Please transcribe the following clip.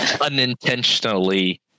unintentionally